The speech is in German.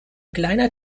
kleiner